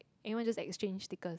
everyone just exchange stickers